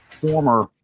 former